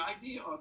idea